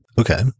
Okay